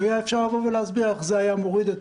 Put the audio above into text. ואפשר היה להסביר איך זה היה מוריד את